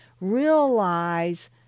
realize